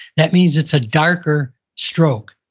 that means it's a darker stroke.